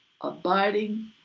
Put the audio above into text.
abiding